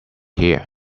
here